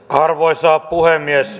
arvoisa puhemies